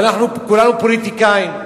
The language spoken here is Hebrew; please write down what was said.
ואנחנו כולנו פוליטיקאים,